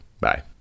Bye